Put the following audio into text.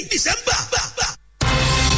December